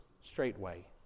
straightway